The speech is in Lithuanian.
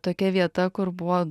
tokia vieta kur buvo